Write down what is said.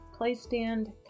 playstand